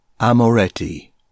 AMORETTI